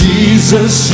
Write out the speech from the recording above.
Jesus